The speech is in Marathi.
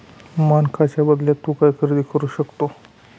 मानकांच्या बदल्यात तू काय खरेदी करू शकतो?